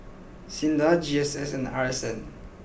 Sinda G S S and R S N